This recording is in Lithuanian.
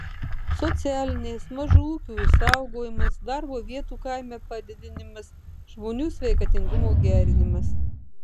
socialinės mažų ūkių išsaugojimas darbo vietų kaime padidinimas žmonių sveikatingumo gerinimas